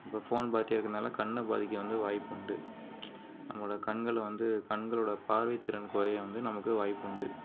இப்போ ஃபோன் பார்த்துட்டே இருக்கிறதுனால கண்ணை பாதிக்க வந்து வாய்ப்பு உண்டு நம்மளோட கண்களை வந்து கண்களோட பார்வை திறன் குறைய வந்து நமக்கு வாய்ப்பு உண்டு